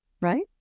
right